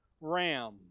ram